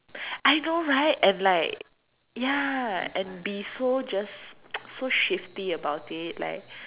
I know right and like ya and be so just so shifty about it like